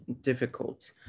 difficult